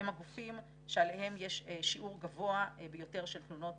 הם הגופים עליהם יש שיעור גבוה ביותר של תלונות